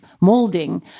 molding